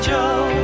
Joe